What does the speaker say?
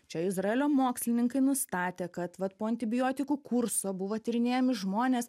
čia izraelio mokslininkai nustatė kad vat po antibiotikų kurso buvo tyrinėjami žmonės